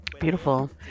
Beautiful